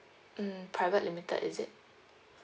mm private limited is it